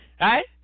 right